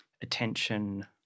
attention